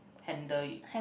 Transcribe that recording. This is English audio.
handle it